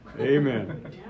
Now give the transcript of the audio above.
Amen